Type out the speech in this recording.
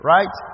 Right